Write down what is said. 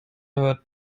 hört